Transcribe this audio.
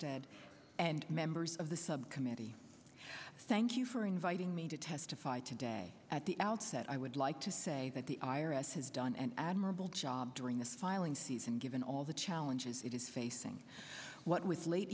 tad and members of the subcommittee thank you for inviting me to testify today at the outset i would like to say that the i r s has done an admirable job during the filing season given all the challenges it is facing what with late